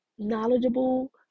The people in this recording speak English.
knowledgeable